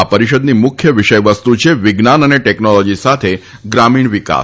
આ પરિષદ ની મુખ્ય વિષયવસ્તુ છે વિજ્ઞાન અને ટેકનોલોજી સાથે ગ્રામીણ વિકાસ